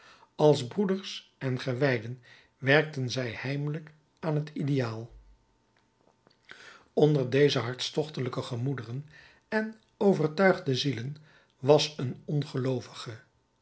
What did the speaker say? als broeders en gewijden werkten zij heimelijk aan het ideaal onder deze hartstochtelijke gemoederen en overtuigde zielen was een